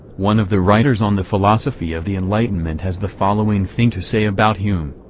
one of the writers on the philosophy of the enlightenment has the following thing to say about hume.